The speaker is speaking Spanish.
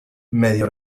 medio